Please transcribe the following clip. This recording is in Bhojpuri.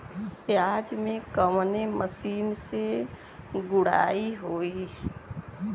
प्याज में कवने मशीन से गुड़ाई होई?